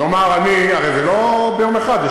הרי זה לא ביום אחד.